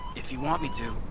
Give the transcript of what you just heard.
if you want me to.